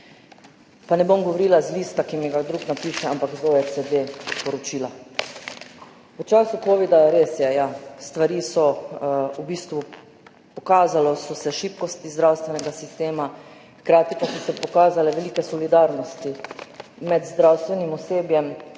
Pa ne bom govorila z lista, ki mi ga drugi napiše, ampak iz OECD poročila. V času covida, res je, ja, pokazale so se šibkosti zdravstvenega sistema, hkrati pa so se pokazale velike solidarnosti med zdravstvenim osebjem,